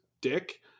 dick